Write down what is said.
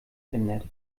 ändert